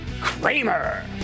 Kramer